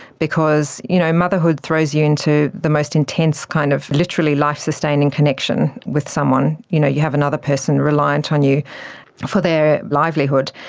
because, you know, motherhood throws you into the most intense kind of literally life-sustaining connection with someone. you know, you have another person reliant on you for their livelihood.